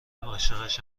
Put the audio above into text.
عاشقش